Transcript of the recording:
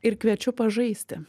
ir kviečiu pažaisti